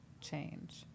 change